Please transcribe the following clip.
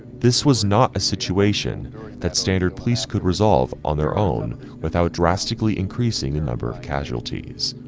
this was not a situation that standard police could resolve on their own without drastically increasing a number of casualties.